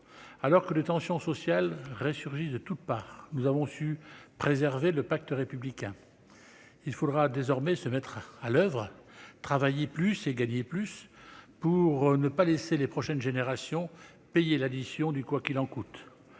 Alors que les tensions sociales resurgissent de toutes parts, nous avons su préserver le pacte républicain. Il faudra désormais se mettre à l'oeuvre, travailler plus et gagner plus, pour ne pas laisser les prochaines générations payer l'addition du « quoi qu'il en coûte